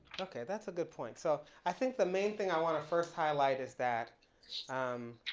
okay, that's a good point, so i think the main thing i wanna first highlight is that um,